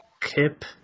Kip